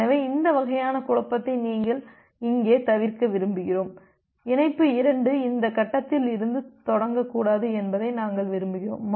எனவே இந்த வகையான குழப்பத்தை இங்கே தவிர்க்க விரும்புகிறோம் இணைப்பு 2 இந்த கட்டத்தில் இருந்து தொடங்கக்கூடாது என்பதை நாங்கள் விரும்புகிறோம்